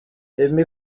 emmy